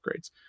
upgrades